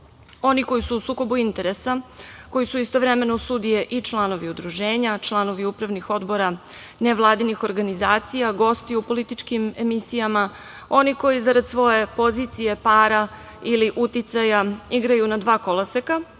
oni koji su u sukobu interesa, koji su istovremeno i sudije i članovi Udruženja, članovi upravnih odbora, nevladinih organizacija, gosti u političkim emisijama, oni koji zarad svoje pozicije, para ili uticaja igraju na dva koloseka,